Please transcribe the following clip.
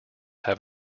have